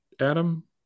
Adam